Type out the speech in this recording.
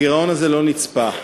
הגירעון הזה לא נצפה.